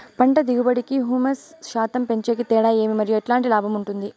పంట దిగుబడి కి, హ్యూమస్ శాతం పెంచేకి తేడా ఏమి? మరియు ఎట్లాంటి లాభం ఉంటుంది?